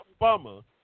Obama